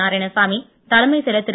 நாராயணசாமி தலைமைச் செயலர் திரு